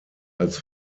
als